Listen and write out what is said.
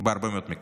בהרבה מאוד מקרים.